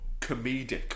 comedic